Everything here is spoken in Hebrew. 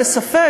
אני בספק,